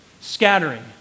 scattering